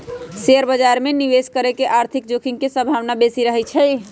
share बाजार में निवेश करे से आर्थिक जोखिम के संभावना बेशि रहइ छै